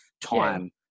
time